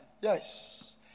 Yes